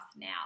now